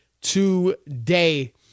today